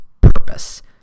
purpose